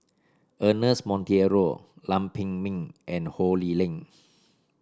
Ernest Monteiro Lam Pin Min and Ho Lee Ling